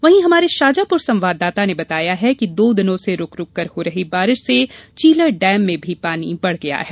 वहीं हमारे शाजापुर संवाददाता ने बताया है कि दो दिनों से रूक रूककर हो रही बारिश से चीलर डेम में भी पानी बढ़ गया है